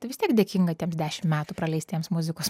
tai vis tiek dėkinga tiems dešim metų praleistiems muzikos